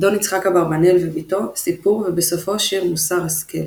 דון יצחק אברבנאל ובתו – סיפור ובסופו שיר מוסר השכל